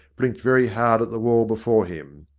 blinked very hard at the wall before him.